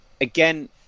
again